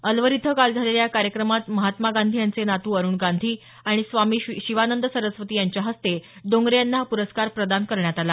अलवर इथं काल झालेल्या या कार्यक्रमात महात्मा गांधी यांचे नातू अरुण गांधी आणि स्वामी शिवानंद सरस्वती यांच्या हस्ते डोंगरे यांना हा पुरस्कार प्रदान करण्यात आला